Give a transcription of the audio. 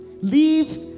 Leave